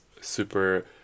super